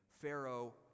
Pharaoh